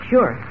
Sure